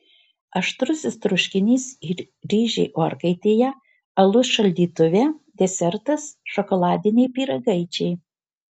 aštrusis troškinys ir ryžiai orkaitėje alus šaldytuve desertas šokoladiniai pyragaičiai